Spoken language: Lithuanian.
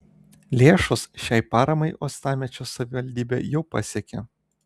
lėšos šiai paramai uostamiesčio savivaldybę jau pasiekė